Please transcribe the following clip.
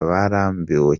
barambiwe